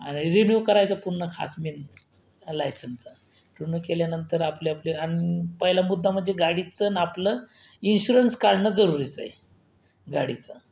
आणि रिन्यू करायचं पुन्हा खास मेन लायसनचं रिन्यू केल्यानंतर आपल्या आपल्या आणि पहिला मुद्दा म्हणजे गाडीचं आणि आपलं इन्शुरन्स काढणं जरुरीचं आहे गाडीचं